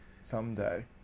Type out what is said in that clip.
someday